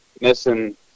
Missing